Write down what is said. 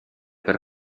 per